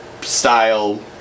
style